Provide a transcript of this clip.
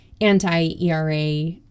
anti-ERA